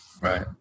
Right